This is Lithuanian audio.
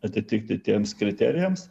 atitikti tiems kriterijams